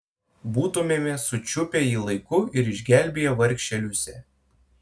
būtumėme sučiupę jį laiku ir išgelbėję vargšę liusę